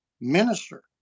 minister